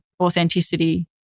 authenticity